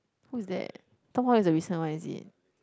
who's that Tom-Holland is the recent one is it